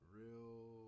real